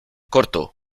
corto